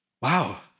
wow